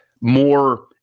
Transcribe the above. more –